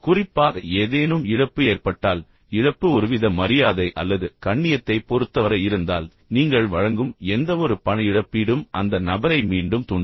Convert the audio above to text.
குறிப்பாக ஏதேனும் இழப்பு ஏற்பட்டால் இழப்பு ஒருவித மரியாதை அல்லது கண்ணியத்தைப் பொறுத்தவரை இருந்தால் நீங்கள் வழங்கும் எந்தவொரு பண இழப்பீடும் அந்த நபரை மீண்டும் தூண்டும்